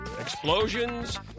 Explosions